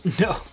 no